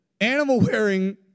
animal-wearing